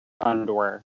underwear